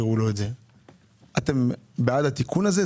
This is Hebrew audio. אתם בעד התיקון הזה?